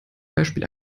beispiel